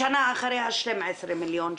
בשנה אחריה 12 מיליון שקל.